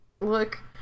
look